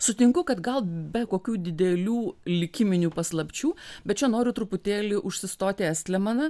sutinku kad gal be kokių didelių likiminių paslapčių bet čia noriu truputėlį užsistoti estlemaną